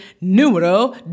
numero